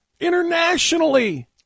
Internationally